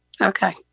okay